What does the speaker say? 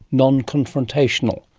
non-confrontational,